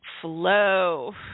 flow